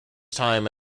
time